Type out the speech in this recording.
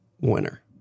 winner